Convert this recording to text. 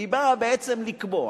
היא באה בעצם לקבוע